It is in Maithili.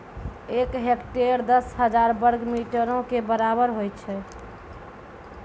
एक हेक्टेयर, दस हजार वर्ग मीटरो के बराबर होय छै